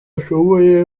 ashoboye